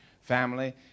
Family